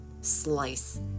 slice